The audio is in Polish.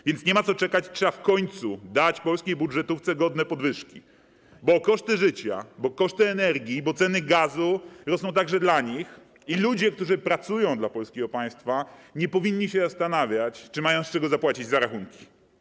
A więc nie ma co czekać, trzeba w końcu dać polskiej budżetówce godne podwyżki, bo koszty życia, koszty energii, ceny gazu rosną także dla nich i ludzie, którzy pracują dla polskiego państwa, nie powinni się zastanawiać, czy mają z czego zapłacić rachunki.